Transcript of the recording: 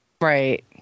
Right